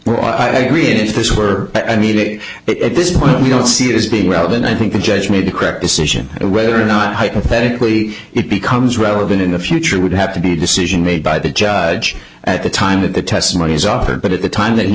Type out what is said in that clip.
well i agree if this were needed it at this point i don't see it as being relevant i think the judge made the correct decision whether or not hypothetically it becomes relevant in the future would have to be a decision made by the judge at the time that the testimony is offered but at the time that